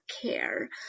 care